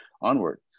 onward